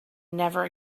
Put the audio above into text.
never